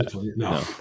No